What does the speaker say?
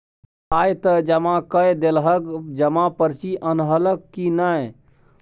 पाय त जमा कए देलहक जमा पर्ची अनलहक की नै